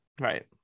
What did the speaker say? Right